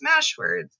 Smashwords